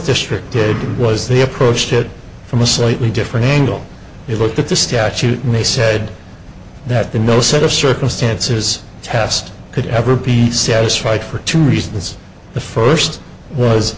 district did was they approached it from a slightly different angle you looked at the statute and they said that the no set of circumstances test could ever be satisfied for two reasons the first was